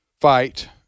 fight